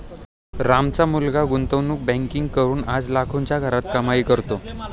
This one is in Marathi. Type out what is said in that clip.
रामचा मुलगा गुंतवणूक बँकिंग करून आज लाखोंच्या घरात कमाई करतोय